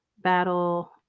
battle